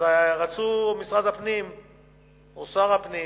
רצו משרד הפנים או שר הפנים